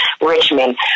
Richmond